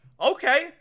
Okay